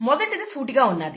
మొదటిది సూటిగా ఉన్నాది